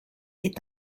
est